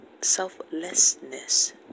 Selflessness